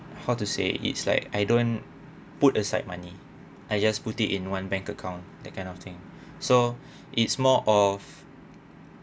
how to say it's like I don't put aside money I just put it in one bank account that kind of thing so it's more of